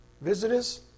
visitors